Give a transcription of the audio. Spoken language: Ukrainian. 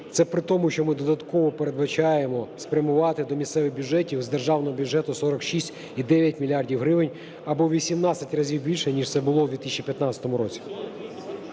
Це при тому, що ми додатково передбачаємо спрямувати до місцевих бюджетів з державного бюджету 46,9 мільярда гривень, або в 18 разів більше, ніж це було в 2015 році.